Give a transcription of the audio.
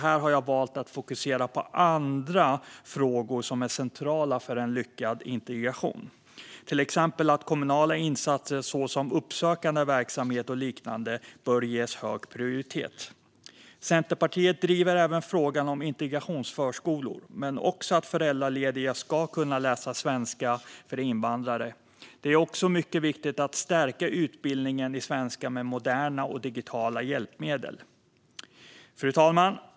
Här har jag därför valt att fokusera på andra frågor som är centrala för en lyckad integration, till exempel att kommunala insatser såsom uppsökande verksamhet och liknande bör ges hög prioritet. Centerpartiet driver även frågan om integrationsförskolor, men också att föräldralediga ska kunna läsa svenska för invandrare. Det är också mycket viktigt att stärka utbildningen i svenska med moderna och digitala hjälpmedel. Fru talman!